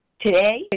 today